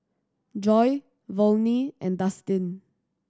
Joy Volney and Dustin